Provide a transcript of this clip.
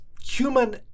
human